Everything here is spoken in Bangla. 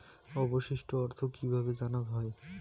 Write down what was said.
অবশিষ্ট অর্থ কিভাবে জানা হয়?